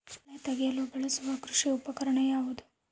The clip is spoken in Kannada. ಕಳೆ ತೆಗೆಯಲು ಬಳಸುವ ಕೃಷಿ ಉಪಕರಣ ಯಾವುದು?